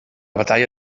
batalla